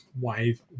wave